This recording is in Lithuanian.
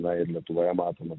na ir lietuvoje matome